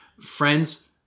friends